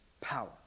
power